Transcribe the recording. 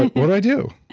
what do i do?